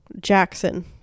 Jackson